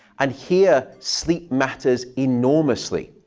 and here sleep matters enormously.